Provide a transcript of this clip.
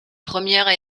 premières